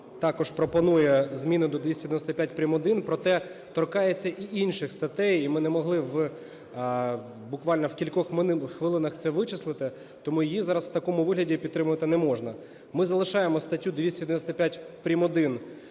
також пропонує зміни до 295 прим.1, проте, торкається і інших статей. І ми не могли буквально в кількох хвилинах це вичислити. Тому її зараз в такому вигляді підтримувати не можна. Ми залишаємо статтю 295 прим.1